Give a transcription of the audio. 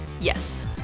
Yes